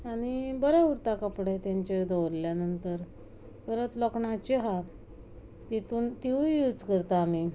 आनी बरे उरता कपडे तेंचेर दवरल्या नंतर परत लोखणाच्यो आसा तितून ती तिवूय यूज करता आमी